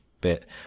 bit